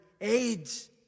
aids